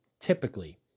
typically